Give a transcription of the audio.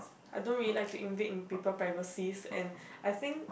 I don't really like to invade in people privacies and I think